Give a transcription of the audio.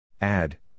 Add